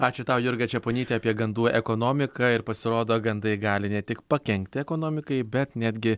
ačiū tau jurga čeponyte apie gandų ekonomiką ir pasirodo gandai gali ne tik pakenkti ekonomikai bet netgi